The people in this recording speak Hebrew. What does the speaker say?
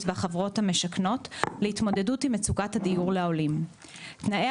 והחברות המשכנות להתמודדות עם מצוקת הדיור לעולים; תנאי